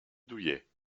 douillet